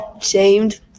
shamed